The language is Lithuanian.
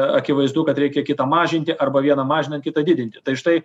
akivaizdu kad reikia kitą mažinti arba vieną mažinant kitą didinti tai štai